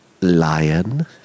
Lion